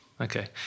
Okay